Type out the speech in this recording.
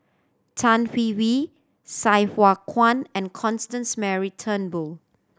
Tan Hwee Hwee Sai Hua Kuan and Constance Mary Turnbull